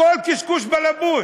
הכול קשקוש בלבוש.